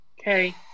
Okay